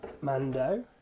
Mando